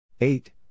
eight